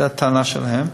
זו הטענה שלהן.